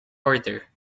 order